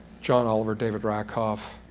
john oliver, david rackoff